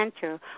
Center